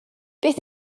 beth